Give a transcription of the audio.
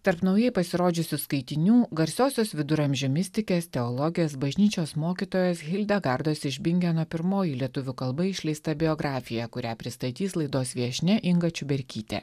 tarp naujai pasirodžiusių skaitinių garsiosios viduramžių mistikės teologės bažnyčios mokytojos hildegardos iš bingeno pirmoji lietuvių kalba išleista biografija kurią pristatys laidos viešnia inga čiuberkytė